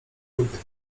lubię